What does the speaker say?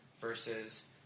versus